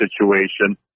situation